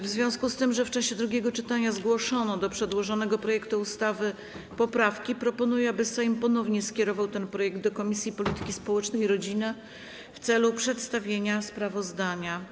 W związku z tym, że w czasie drugiego czytania zgłoszono do przedłożonego projektu ustawy poprawki, proponuję, aby Sejm ponownie skierował ten projekt do Komisji Polityki Społecznej i Rodziny w celu przedstawienia sprawozdania.